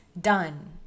done